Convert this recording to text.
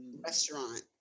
restaurant